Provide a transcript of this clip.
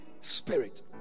Spirit